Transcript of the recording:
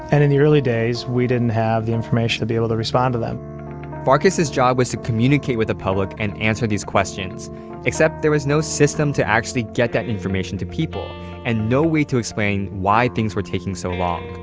and in the early days, we didn't have the information to be able to respond to them farkas's job was to communicate with the public and answer these questions except there was no system to actually get that information to people and no way to explain why things were taking so long.